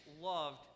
loved